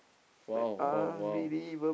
!wow! !wow! !wow!